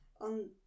on